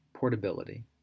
Portability